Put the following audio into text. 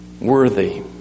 Worthy